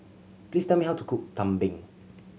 please tell me how to cook tumpeng